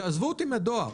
שיעזבו אותי מן הדואר,